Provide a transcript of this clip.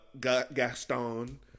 Gaston